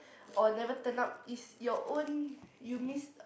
or never turn up it's your own you miss